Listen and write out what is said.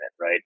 right